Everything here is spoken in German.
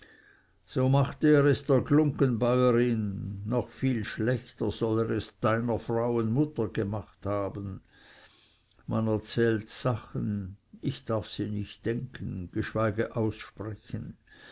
so machte er es der glunggenbäuerin noch viel schlechter soll er es deiner frauen mutter gemacht haben man erzählte sachen ich darf sie nicht denken geschweige aussprechen